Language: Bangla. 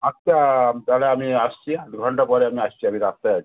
আচ্ছা তাহলে আমি আসছি আধ ঘন্টা পরে আমি আসছি আমি রাস্তায় আছি